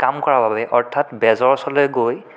কাম কৰাৰ বাবে অৰ্থাৎ বেজৰ ওচৰলৈ গৈ